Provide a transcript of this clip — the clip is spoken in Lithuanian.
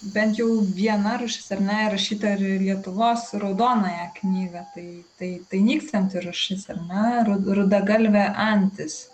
bent jau viena rūšis ar ne įrašyta ir į lietuvos raudonąją knygą taip tai nykstanti rūšis ar ne ir rudagalvė antis